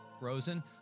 Rosen